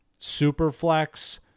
Superflex